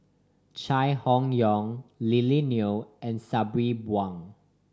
Chai Hon Yoong Lily Neo and Sabri Buang